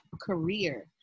career